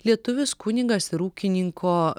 lietuvis kunigas ir ūkininko